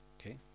Okay